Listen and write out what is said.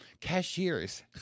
Cashiers